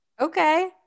Okay